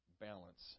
balance